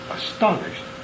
astonished